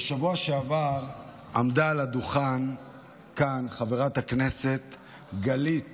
בשבוע שעבר עמדה על הדוכן כאן חברת הכנסת גלית